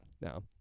No